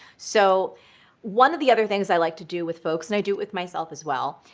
so one of the other things i like to do with folks, and i do it with myself as well,